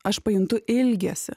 aš pajuntu ilgesį